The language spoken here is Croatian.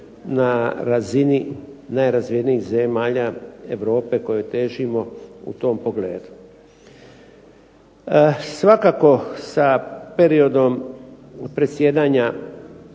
na razini najrazvijenijih zemalja Europe kojoj težimo u tom pogledu. Svakako sa periodom predsjedanja